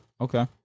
okay